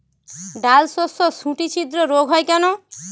ডালশস্যর শুটি ছিদ্র রোগ হয় কেন?